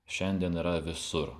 šiandien yra visur